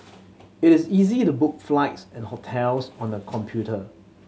it is easy to book flights and hotels on the computer